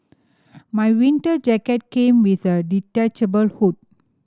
my winter jacket came with a detachable hood